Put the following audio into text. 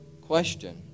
question